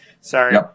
Sorry